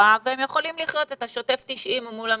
והם יכולים לחיות את השוטף 90 אל מול המדינה.